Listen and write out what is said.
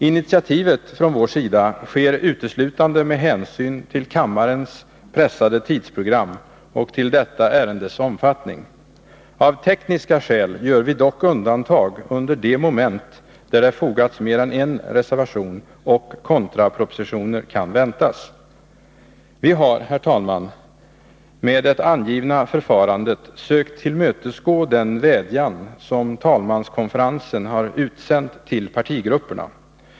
Initiativet från vår sida sker uteslutande med hänsyn till kammarens pressade tidsprogram och till detta ärendes omfattning. Av tekniska skäl gör vi dock undantag under de moment där det fogats mer än en reservation och kontrapropositioner kan väntas. Herr talman! Vi har med det angivna förfarandet sökt tillmötesgå den vädjan som talmanskonferensen har utsänt till partigrupperna.